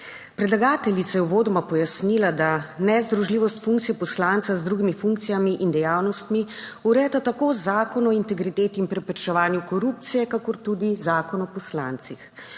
Predlagateljica je uvodoma pojasnila, da nezdružljivost funkcije poslanca z drugimi funkcijami in dejavnostmi urejata tako Zakon o integriteti in preprečevanju korupcije kakor tudi Zakon o poslancih.